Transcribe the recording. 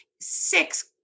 six